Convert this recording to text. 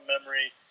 memory